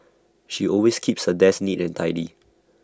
she always keeps her desk neat and tidy